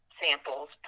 samples